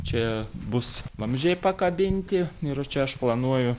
čia bus vamzdžiai pakabinti ir čia aš planuoju